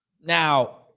Now